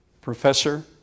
professor